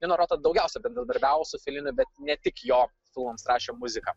nino roto daugiausia bendradarbiavo su feliniu bet ne tik jo filmams rašė muziką